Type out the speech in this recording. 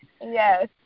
Yes